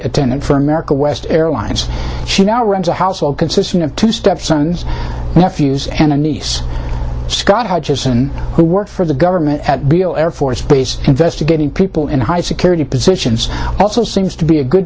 attendant for america west airlines she now runs a household consisting of two stepsons nephews and a nice scot hutchison who works for the government at beale air force base investigating people in high security positions also seems to be a good